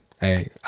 Hey